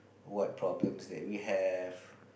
what problems that we have